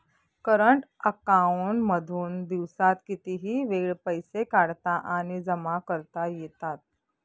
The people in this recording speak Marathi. करंट अकांऊन मधून दिवसात कितीही वेळ पैसे काढता आणि जमा करता येतात